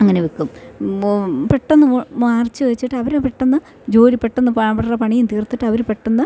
അങ്ങനെ വെക്കും മു പെട്ടെന്ന് മറച്ചു വെച്ചിട്ടവർ പെട്ടെന്ന് ജോലി പെട്ടെന്ന് അവരുടെ പണിയും തീർത്തിട്ടവർ പെട്ടെന്ന്